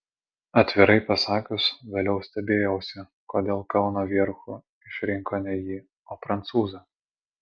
atvirai pasakius vėliau stebėjausi kodėl kauno vierchu išrinko ne jį o prancūzą